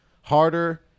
harder